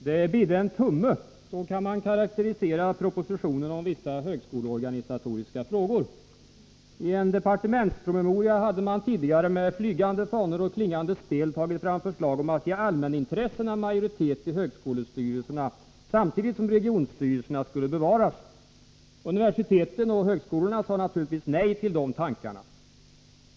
Herr talman! ”Det bidde en tumme” — så kan man karakterisera propositionen om vissa högskoleorganisatoriska frågor. I en departementspromemoria hade man tidigare med flygande fanor och klingande spel tagit fram förslag om att ge allmänintressena majoritet i högskolestyrelserna samtidigt som regionstyrelserna skulle bevaras. Universiteten och högskolorna sade naturligtvis nej till dessa tankar.